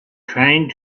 trying